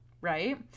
Right